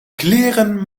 kleren